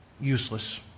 useless